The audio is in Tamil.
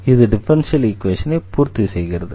இது டிஃபரன்ஷியல் ஈக்வேஷனை பூர்த்தி செய்கிறது